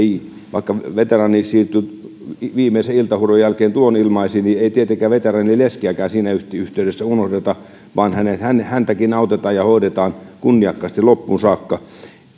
vaikka veteraani siirtyy viimeisen iltahuudon jälkeen tuonilmaisiin niin ei tietenkään veteraanin leskeäkään siinä yhteydessä unohdeta vaan häntäkin autetaan ja hoidetaan kunniakkaasti loppuun saakka